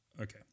okay